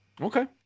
Okay